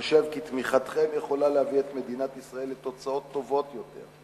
חושב כי תמיכתכם יכולה להביא את מדינת ישראל לתוצאות טובות יותר,